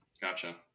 Gotcha